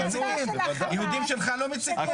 יהודים שלך לא מציתים?